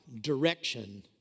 direction